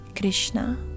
Krishna